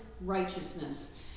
righteousness